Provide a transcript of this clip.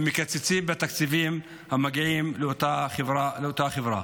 הם מקצצים בתקציבים המגיעים לאותה חברה.